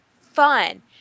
fun